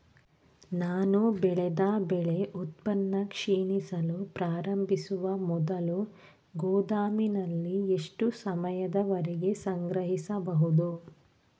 ನಾನು ಬೆಳೆದ ಬೆಳೆ ಉತ್ಪನ್ನ ಕ್ಷೀಣಿಸಲು ಪ್ರಾರಂಭಿಸುವ ಮೊದಲು ಗೋದಾಮಿನಲ್ಲಿ ಎಷ್ಟು ಸಮಯದವರೆಗೆ ಸಂಗ್ರಹಿಸಬಹುದು?